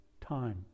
time